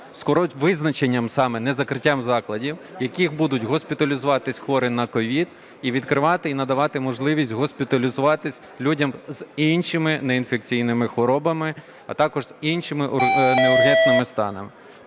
лікарень з визначенням саме (не закриттям) закладів, в яких будуть госпіталізуватись хворі на COVID, і відкривати і надавати можливість госпіталізуватись людям з іншими неінфекційними хворобами, а також з іншими неургентними станами.